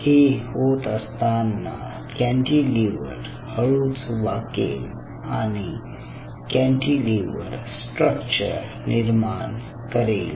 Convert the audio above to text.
हे होत असताना कॅन्टिलिव्हर हळूच वाकेल आणि कॅन्टिलिव्हर स्ट्रक्चर निर्माण करेल